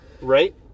right